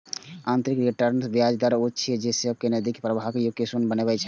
आंतरिक रिटर्न दर ब्याजक ऊ दर छियै, जे सब नकदी प्रवाहक योग कें शून्य बनबै छै